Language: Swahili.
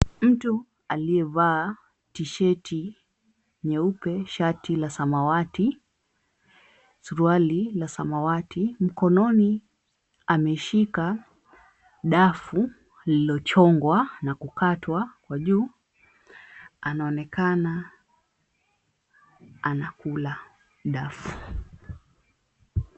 Mtu aliyevaa tisheti nyeupe, shati la samawati, suruali la samawati, mkonononi ameshika dafu lililochongwa na kukata kwa juu anaonekana anakula dafu.